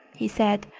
he said,